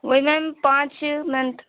وہی میم پانچ چھ منٹ